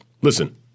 listen